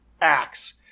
acts